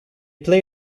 play